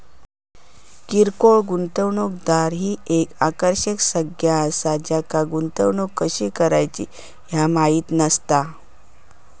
किरकोळ गुंतवणूकदार ही एक आकर्षक संज्ञा असा ज्यांका गुंतवणूक कशी करायची ह्या माहित नसता